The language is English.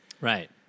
right